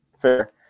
Fair